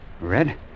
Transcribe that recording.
Red